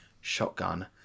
shotgun